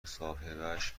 مصاحبهش